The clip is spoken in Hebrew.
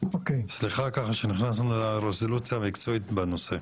סליחה שנכנסנו לרזולוציה המקצועית בנושא.